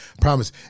promise